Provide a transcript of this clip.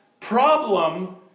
problem